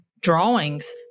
drawings